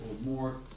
more